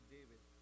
David